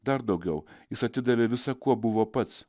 dar daugiau jis atidavė visa kuo buvo pats